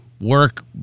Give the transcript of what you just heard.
work